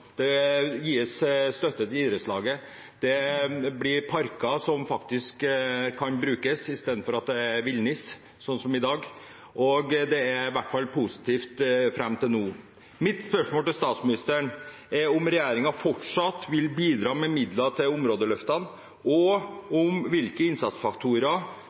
det gis støtte til idrettslaget, det blir parker som faktisk kan brukes, istedenfor at det er villnis, sånn som i dag, og det har i hvert fall vært positivt fram til nå. Mitt spørsmål til statsministeren er om regjeringen fortsatt vil bidra med midler til områdeløftene, og om hvilke innsatsfaktorer